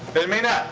and it may not.